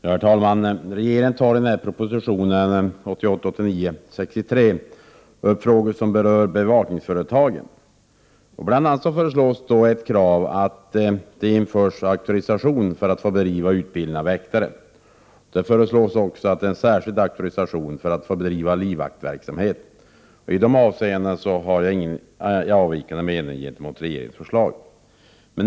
Herr talman! Regeringen tar i proposition 1988/89:63 upp frågor som berör bevakningsföretagen. Bl.a. föreslås att det införs auktorisation för att få bedriva utbildning av väktare. Det föreslås också en särskild auktorisation för att få bedriva livvaktsverksamhet. I dessa avseenden har jag ingen gentemot regeringens förslag avvikande mening.